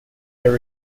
their